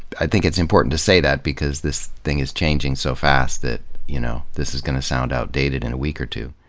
i think it's important to say that because this thing is changing so fast that you know this is gonna sound outdated in a week or two.